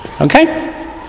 okay